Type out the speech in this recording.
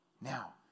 Now